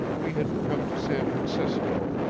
we had come to san francisco,